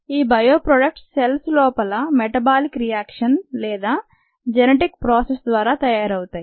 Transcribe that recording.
ఈ bio products cells లోపల metabolic reaction లేదా జనెటిక్ ప్రాసెస్ ద్వారా తయారవుతాయి